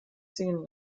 sehen